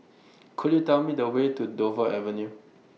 Could YOU Tell Me The Way to Dover Avenue